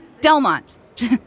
Delmont